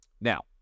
Now